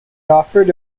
offered